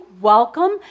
welcome